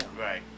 Right